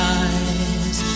eyes